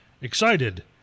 Excited